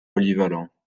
polyvalent